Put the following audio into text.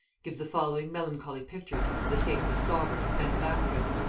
gives the following melancholy picture of the state of his sovereign and benefactress.